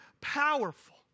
powerful